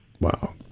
Wow